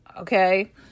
Okay